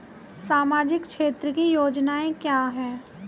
सामाजिक क्षेत्र की योजनाएं क्या हैं?